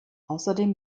außerdem